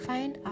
Find